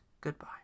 Goodbye